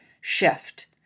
shift